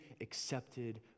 accepted